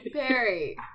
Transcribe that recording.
perry